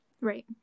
right